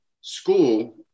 school